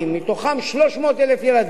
מתוכם 300,000 ילדים,